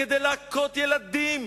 כדי להכות ילדים?